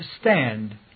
stand